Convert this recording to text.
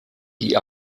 die